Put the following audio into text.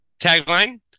Tagline